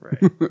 Right